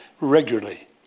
regularly